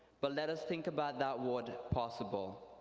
but let us think about that word possible,